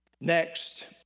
Next